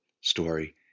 story